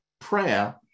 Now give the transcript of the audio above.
prayer